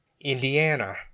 Indiana